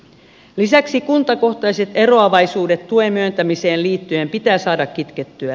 lisäksi kuntakohtaiset eroavaisuudet tuen myöntämiseen liittyen pitää saada kitkettyä